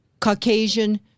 Caucasian